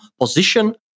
position